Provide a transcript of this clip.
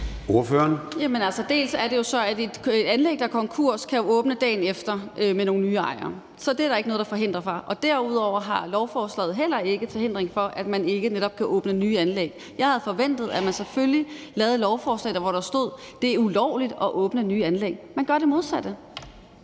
Dels er det jo sådan, at et anlæg, der erklæres konkurs, kan åbne dagen efter med nogle nye ejere – det er der ikke noget til hinder for – dels forhindrer lovforslaget heller ikke, at man netop kan åbne nye anlæg. Jeg havde forventet, at man selvfølgelig lavede et lovforslag, hvor der stod: Det er ulovligt at åbne nye anlæg. Man gør det modsatte!